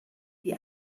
die